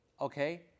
okay